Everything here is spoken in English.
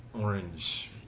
orange